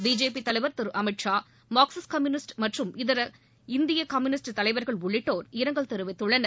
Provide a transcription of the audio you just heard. BJP தலைவா் திரு Amit Shah Marxist communist மற்றும் இந்திய கம்யுனிஸ்ட் தலைவர்கள் உள்ளிட்டோர் இரங்கல் தெரிவித்துள்ளனர்